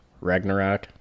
Ragnarok